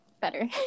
better